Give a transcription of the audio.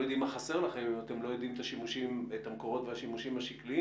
יודעים מה חסר לכם אם אתם לא יודעים את המקורות ואת השימושים השקליים.